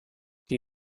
die